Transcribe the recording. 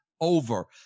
over